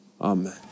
Amen